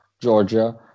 Georgia